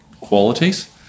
qualities